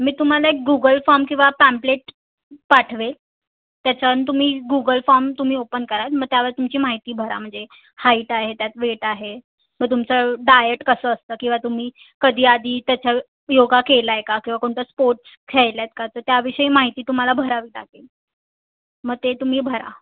मी तुम्हाला एक Google form किंवा पॅम्पलेट पाठवेल त्याच्यावरून तुम्ही गुगल फॉर्म तुम्ही ओपन कराल मग त्यावेळेला तुमची माहिती भरा म्हणजे हाईट आहे त्यात वेट आहे मग तुमचं डायट कसं असतं किंवा तुम्ही कधी आधी त्याच्या योगा केला आहे का किंवा कोणता स्पोर्ट्स खेळला आहेत का तर त्या विषयी माहिती तुम्हाला भरावी लागते मग ते तुम्ही भरा